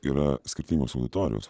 yra skirtingos auditorijos